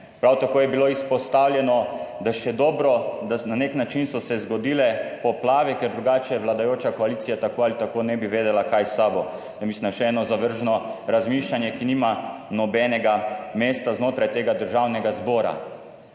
Prav tako je bilo izpostavljeno, da še dobro, da so se na nek način zgodile poplave, ker drugače vladajoča koalicija tako ali tako ne bi vedela, kaj je s sabo, kar mislim, da je še eno zavržno razmišljanje, ki nima nobenega mesta znotraj tega Državnega zbora.